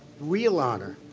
real honor,